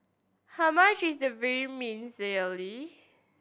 how much is the Vermicelli